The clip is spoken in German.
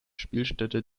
spielstätte